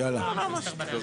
עולים לארץ לא נדרשים.